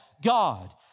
God